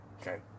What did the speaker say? Okay